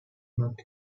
not